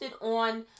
on